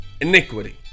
Iniquity